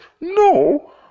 No